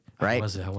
Right